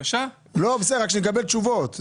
כדי שנקבל תשובות.